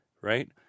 right